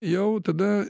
jau tada